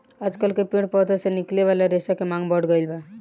आजकल पेड़ पौधा से निकले वाला रेशा के मांग बढ़ गईल बा